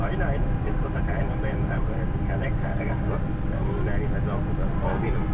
होइन होइन त्यस्तो त खाएन बिहान राम्रो हेल्दी खानै खाएर गएको हामी नानीलाई जङ्क फुडहरू खुवाउँदिनौँ